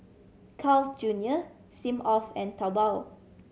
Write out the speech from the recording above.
Carl's Junior Smirnoff and Taobao